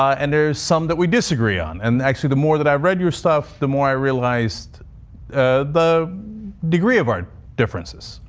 and there's some that we disagree on and actually the more that i've read your stuff, the more i realized the degree of our differences.